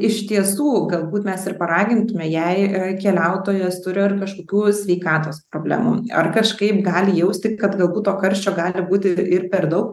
iš tiesų galbūt mes ir paragintume jei keliautojas turiar kažkokių sveikatos problemų ar kažkaip gali jausti kad galbūt to karščio gali būti ir per daug